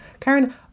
Karen